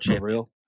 real